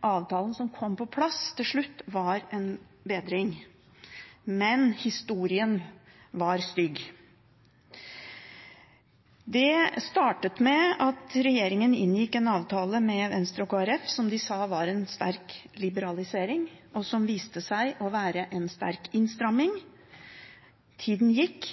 avtalen som kom på plass til slutt, var en bedring. Men historien var stygg. Det startet med at regjeringen inngikk en avtale med Venstre og Kristelig Folkeparti som de sa var en sterk liberalisering, og som viste seg å være en sterk innstramming. Tida gikk,